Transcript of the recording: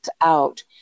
out